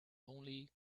only